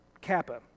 kappa